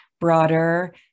broader